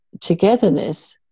togetherness